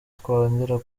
twongera